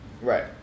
Right